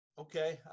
Okay